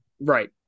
Right